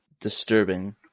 disturbing